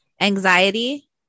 anxiety